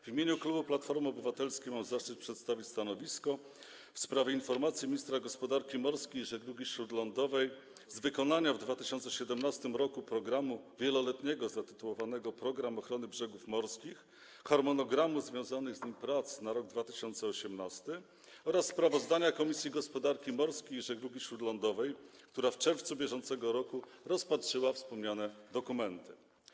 W imieniu klubu Platformy Obywatelskiej mam zaszczyt przedstawić stanowisko w sprawie informacji ministra gospodarki morskiej i żeglugi śródlądowej z wykonania w 2017 r. programu wieloletniego zatytułowanego „Program ochrony brzegów morskich”, harmonogramu związanych z nim prac na rok 2018 oraz sprawozdania Komisji Gospodarki Morskiej i Żeglugi Śródlądowej, która w czerwcu br. rozpatrzyła wspomniane dokumenty.